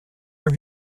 have